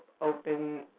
open